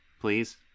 please